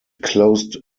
closed